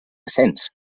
cens